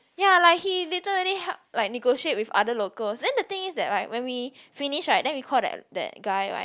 ya like he literally help like negotiate with other locals then the thing is that right when we finish right then we call that that guy right